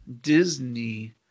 Disney